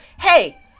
Hey